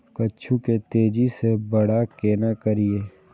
कद्दू के तेजी से बड़ा केना करिए?